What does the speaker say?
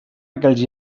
aquells